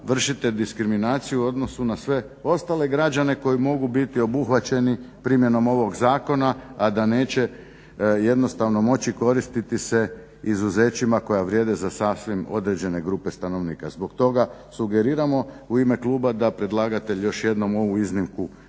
vršite diskriminaciju u odnosu na sve ostale građane koji mogu biti obuhvaćeni primjenom ovog zakona a da neće jednostavno moći koristiti se izuzećima koja vrijede za sasvim određene grupe stanovnika. Zbog toga sugeriramo u ime kluba da predlagatelj još jednom ovu iznimku